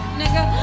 nigga